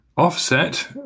Offset